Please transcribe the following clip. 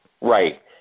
Right